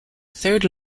third